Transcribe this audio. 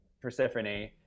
persephone